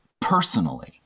personally